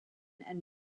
and